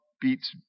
beats